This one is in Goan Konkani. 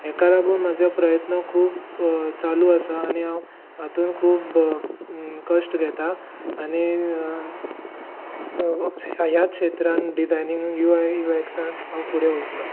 हेका लागून म्हजे प्रयत्न खूब चालू आसा आनी हांव हातून खूब कश्ट घेतां आनी ह्यात क्षेत्रान डिझायनिंग यु आय ए युएक्सान हांव फुडें वयतलों